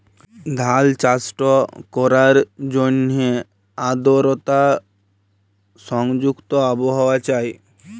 ধাল চাষট ক্যরার জ্যনহে আদরতা সংযুক্ত আবহাওয়া চাই